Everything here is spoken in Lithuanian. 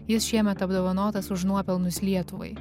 jis šiemet apdovanotas už nuopelnus lietuvai